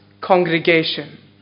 congregation